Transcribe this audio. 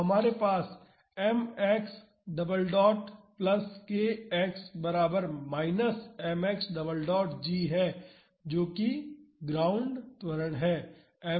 तो हमारे पास m x double dot plus k X बराबर minus m x double dot g है जो कि ग्राउंड त्वरण है